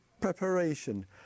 preparation